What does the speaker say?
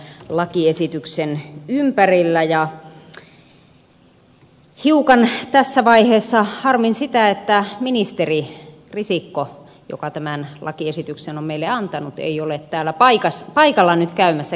hiukan tässä vaiheessa harmittelen sitä että ministeri risikko joka tämän lakiesityksen on meille antanut ei ole täällä paikalla nyt käymässä keskustelua kanssamme